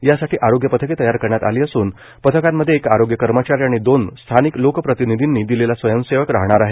यासाठी आरोग्य पथके तयार करण्यात आली असून पथकामध्ये एक आरोग्य कर्मचारी आणि दोन स्थानिक लोकप्रतिनिधींनी दिलेला स्वयंसेवक राहणार आहे